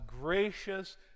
gracious